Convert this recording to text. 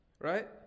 right